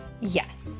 Yes